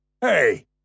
Hey